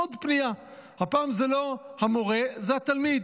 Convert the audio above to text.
עוד פנייה, הפעם זה לא המורה, זה התלמיד.